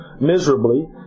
miserably